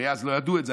אז לא ידעו את זה.